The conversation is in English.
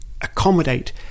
accommodate